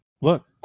look